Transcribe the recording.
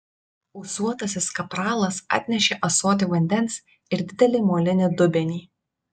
ūsuotasis kapralas atnešė ąsotį vandens ir didelį molinį dubenį